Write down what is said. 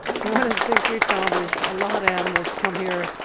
so one of the things we've found is a lot of animals come here,